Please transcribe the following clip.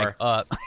up